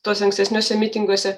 tuose ankstesniuose mitinguose